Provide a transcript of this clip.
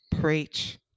Preach